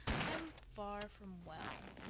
i'm far from well,